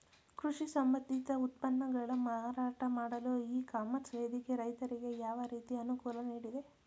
ಕೃಷಿ ಸಂಬಂಧಿತ ಉತ್ಪನ್ನಗಳ ಮಾರಾಟ ಮಾಡಲು ಇ ಕಾಮರ್ಸ್ ವೇದಿಕೆ ರೈತರಿಗೆ ಯಾವ ರೀತಿ ಅನುಕೂಲ ನೀಡಿದೆ?